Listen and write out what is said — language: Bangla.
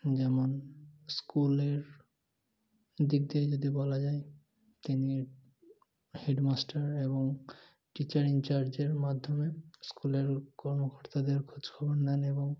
যেমন স্কুলের দিক দিয়ে যদি বলা যায় তিনি হেডমাস্টার এবং টিচার ইন চার্জের মাধ্যমে স্কুলের কর্মকর্তাদের খোঁজখবর নেন এবং